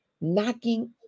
knocking